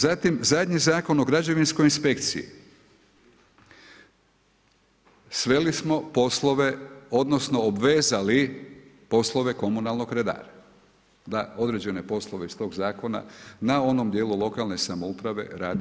Zatim zadnji Zakon o građevinskoj inspekciji sveli smo poslove, odnosno obvezali poslove komunalnog redara da određene poslove iz tog zakona na onom dijelu lokalne samouprave radi.